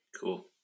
Cool